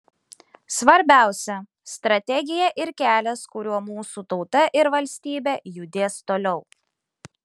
svarbiausia strategija ir kelias kuriuo mūsų tauta ir valstybė judės toliau